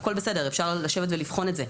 הכל בסדר, אפשר לשבת ולבחון את זה.